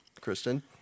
Kristen